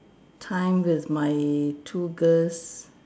time with my two girls